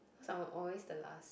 cause I'm always the last